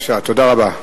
תודה רבה.